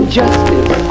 justice